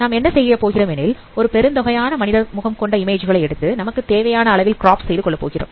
நாம் என்ன செய்ய போகிறோம் எனில் ஒரு பெருந்தொகையான மனித முகம் கொண்ட இமேஜ் களை எடுத்து நமக்கு தேவையான அளவில் கிராப் செய்து கொள்ள போகிறோம்